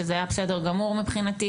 שזה היה בסדר גמור מבחינתי.